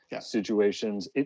situations